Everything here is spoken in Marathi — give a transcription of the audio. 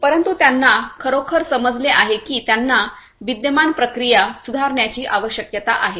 परंतु त्यांना खरोखर समजले आहे की त्यांना विद्यमान प्रक्रिया सुधारण्याची आवश्यकता आहे